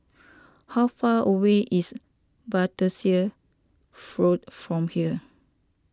how far away is Battersea Road from here